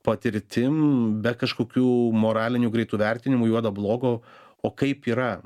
patirtim be kažkokių moralinių greitų vertinimų juodo blogo o kaip yra